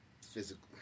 physical